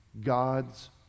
God's